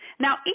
Now